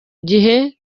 gihe